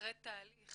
אחרי תהליך